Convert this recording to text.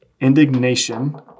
Indignation